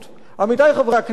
עמיתי חברי הכנסת,